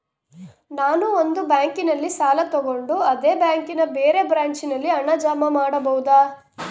ನಾನು ಒಂದು ಬ್ಯಾಂಕಿನಲ್ಲಿ ಸಾಲ ತಗೊಂಡು ಅದೇ ಬ್ಯಾಂಕಿನ ಬೇರೆ ಬ್ರಾಂಚಿನಲ್ಲಿ ಹಣ ಜಮಾ ಮಾಡಬೋದ?